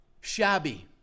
shabby